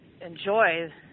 enjoy